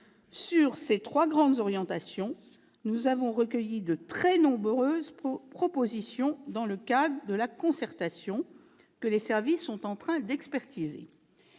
Sur ces trois grandes orientations, nous avons recueilli de très nombreuses propositions dans le cadre de la concertation, que les services sont en train d'expertiser.